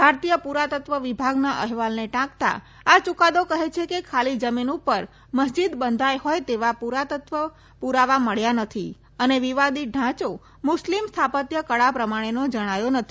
ભારતીય પુરાતત્વ વિભાગના અહેવાલને ટાંકતા આ યુકાદો કહે છે કે ખાલી જમીન ઉપર મસ્જીદ બંધાઇ હોય તેવા પુરાતત્વ પુરાવા મળ્યા નથી અને વિવાદીત ઢાંચો મુસ્લીમ સ્થાપત્યકળા પ્રમાણેનો જણાયો નથી